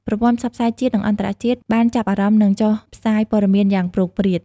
ប្រព័ន្ធផ្សព្វផ្សាយជាតិនិងអន្តរជាតិបានចាប់អារម្មណ៍និងចុះផ្សាយព័ត៌មានយ៉ាងព្រោងព្រាត។